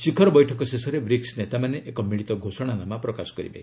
ଶିଖର ବୈଠକ ଶେଷରେ ବ୍ରିକ୍ସ ନେତାମାନେ ଏକ ମିଳିତ ଘୋଷଣାନାମା ପ୍ରକାଶ କରିବେ